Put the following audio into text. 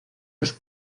los